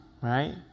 right